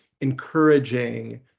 encouraging